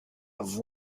have